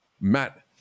Matt